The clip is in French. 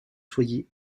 soyez